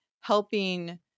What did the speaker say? helping